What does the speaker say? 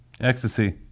ecstasy